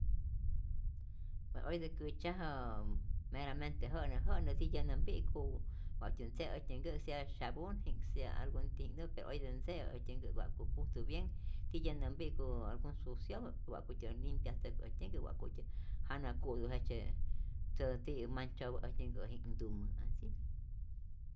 Je oyeta't kä'tzyajää meramente jä'nä jänä, tityä nä mpi'ku wa'tyä ntze'a äjtyä nkä', sea syapunji'k sea algun tiji'k'nhktumä, pe oyetä ntzeä äjtyä nkä', wa'ku pujtu bien tityä nä m'pi'ku algun suciopä wa'kutyä limpiatzäj äjtyä nhkä', wa'kutyä jana ku'tu jejtzye sgun tiyä jejtzye manchadopä äjtyä nkä'jinhtumä, ansi.